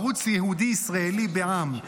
הערוץ הייעודי-ישראלי בע"מ,